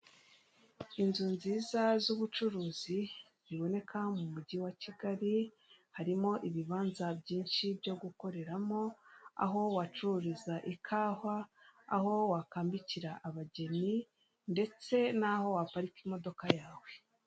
Inzu nziza z'ubucuruzi ziboneka mu mujyi wa kigali harimo ibibanza byinshi byo gukoreramo aho wacururiza ikawa, aho wakambikira abageni ndetse n'aho waparika imodoka yawe.